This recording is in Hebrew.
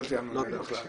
לא תיאמנו בינינו.